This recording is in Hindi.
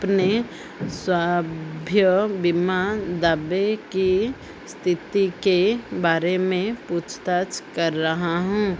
अपने सभ्य बीमा दावे के स्थिति के बारे में पूछताछ कर रहा हूँ